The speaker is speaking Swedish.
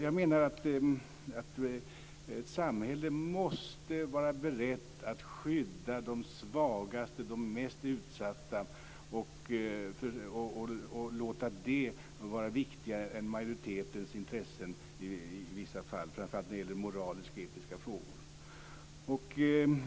Jag menar att ett samhälle måste vara berett att skydda de svagaste, de mest utsatta, och låta det vara viktigare än majoritetens intressen i vissa fall, framför allt när det gäller moralisk-etiska frågor.